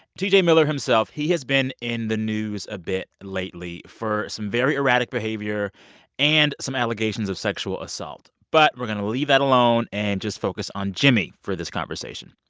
t j. miller himself he has been in the news a bit lately for some very erratic behavior and some allegations of sexual assault. but we're going to leave that alone and just focus on jimmy for this conversation.